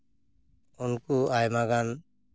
ᱩᱱᱠᱩ ᱟᱭᱢᱟᱜᱟᱱ